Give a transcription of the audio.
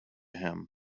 him